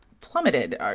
plummeted